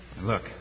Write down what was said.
Look